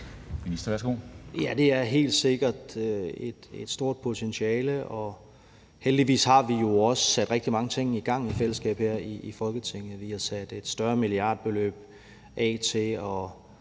det er helt sikkert et stort potentiale, og heldigvis har vi også sat rigtig mange ting i gang i fællesskab her i Folketinget. Vi har sat et større milliardbeløb af til at